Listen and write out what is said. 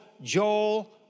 Joel